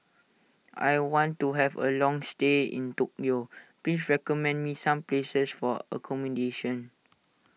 I want to have a long stay in Tokyo please recommend me some places for accommodation